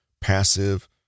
passive